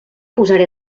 posaré